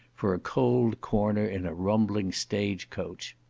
for a cold corner in a rumbling stage-coach.